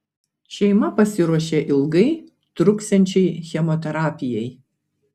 šeima pasiruošė ilgai truksiančiai chemoterapijai